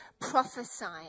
prophesying